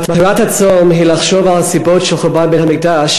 מטרת הצום היא לחשוב על הסיבות לחורבן בית-המקדש